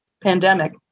pandemic